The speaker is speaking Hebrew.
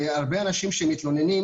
צרכנים מוחלשים מבחינתנו זה אנשים קשישים,